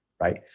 Right